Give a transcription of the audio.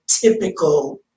typical